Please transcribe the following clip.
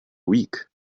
week